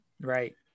Right